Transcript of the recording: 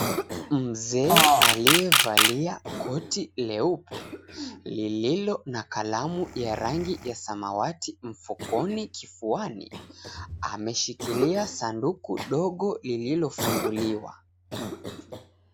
Mzee aliyevalia koti leupe lililo na kalamu ya rangi ya samawati mfukoni kifuani ameshikilia sanduku dogo lililofunguliwa.